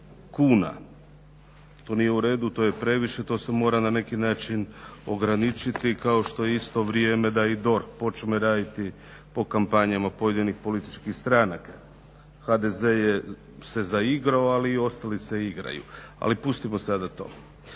kuna. To nije u redu, to je previše, to se mora na neki način ograničiti kao što je isto vrijeme da i DORH počne raditi po kompanijama pojedinih političkih stranaka. HDZ se zaigrao ali ostali se igraju, ali pustimo sada to.